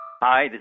Hi